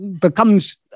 becomes